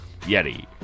Yeti